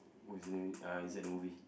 who is in uh inside the movie